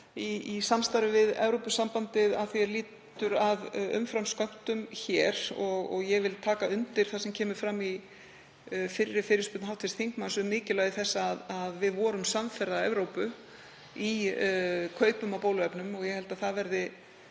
í samstarfi við Evrópusambandið að því er lýtur að umframskömmtum hér. Ég vil taka undir það sem kemur fram í fyrri fyrirspurn hv. þingmanns um mikilvægi þess að við vorum samferða Evrópu í kaupum á bóluefnum. Ég held að það verði